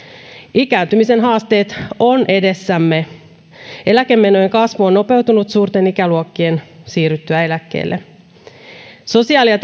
ikääntymisen haasteet ovat edessämme eläkemenojen kasvu on nopeutunut suurten ikäluokkien siirryttyä eläkkeelle sosiaali ja